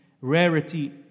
rarity